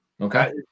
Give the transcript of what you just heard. Okay